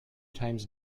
times